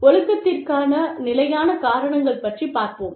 ஒழுக்கத்திற்கான நிலையான காரணங்கள் பற்றிப் பார்ப்போம்